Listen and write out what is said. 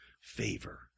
favor